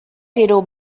gero